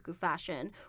fashion